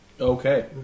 Okay